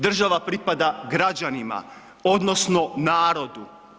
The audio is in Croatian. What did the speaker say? Država pripada građanima odnosno narodu.